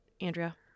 Andrea